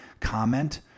comment